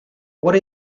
what